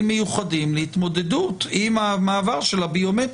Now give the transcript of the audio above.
מיוחדים להתמודדות עם המעבר של הביומטרי?